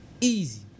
Easy